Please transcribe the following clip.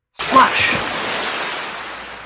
Splash